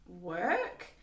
work